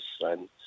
son